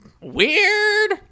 Weird